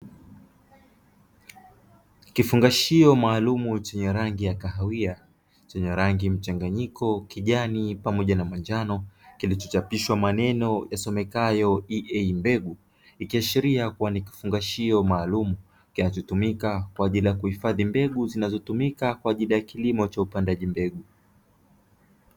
Kifungashio maalumu chenye rangi ya kahawia; chenye rangi mchanganyiko kijani pamoja na manjano kilichochapishwa maneno yasomekayo "EA Mbegu", ikiashiria kuwa ni kifungashio maalumu kinachotumika kwa ajili ya kuhifadhi mbegu zinazotumika kwa ajili ya kilimo cha upandaji mbegu.